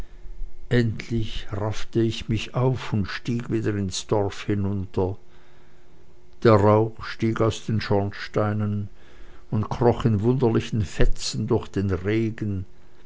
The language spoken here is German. endlich raffte ich mich auf und stieg wieder ins dorf hinunter der rauch stieg aus den schornsteinen und kroch in wunderlichen fetzen durch den regen